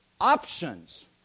options